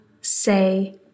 say